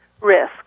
risk